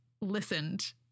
listened